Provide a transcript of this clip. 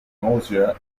nausea